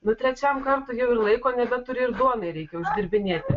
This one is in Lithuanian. nu trečiam kartui jau ir laiko nebeturi ir duonai reikia uždirbinėti